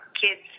kids